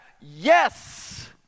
yes